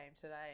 today